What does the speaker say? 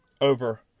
over